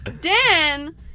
Dan